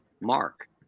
Mark